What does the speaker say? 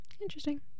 Interesting